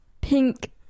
pink